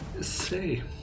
Say